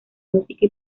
música